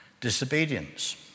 disobedience